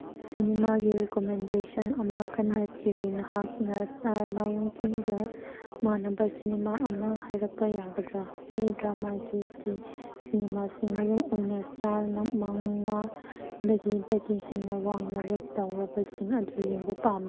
ꯁꯤꯅꯤꯃꯥꯒꯤ recommendation ꯑꯃ ꯀꯟꯅ ꯊꯤꯔꯤ ꯅꯍꯥꯛꯅ ꯂꯥꯏꯌꯣꯜ ꯀꯤꯡꯒ ꯃꯥꯟꯅꯕ ꯁꯤꯅꯦꯃꯥ ꯑꯃ ꯍꯥꯏꯔꯛꯄ ꯌꯥꯒꯗ꯭ꯔ ꯑꯩ ꯗ꯭ꯔꯥꯃꯥꯒꯤ ꯀꯤ ꯁꯤꯅꯦꯃꯥꯁꯤꯡ ꯃꯔꯨ ꯑꯣꯏꯅ ꯁ꯭ꯇꯥꯔ ꯃꯉꯥꯗꯒꯤ ꯍꯦꯟꯅ ꯋꯥꯡꯅ ꯔꯦꯠ ꯇꯧꯔꯕꯁꯤꯡ ꯑꯗꯨ ꯌꯦꯡꯕ ꯄꯥꯝꯃꯤ